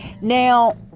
now